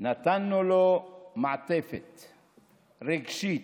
נתנו לו מעטפת רגשית,